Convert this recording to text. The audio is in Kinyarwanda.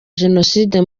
jenoside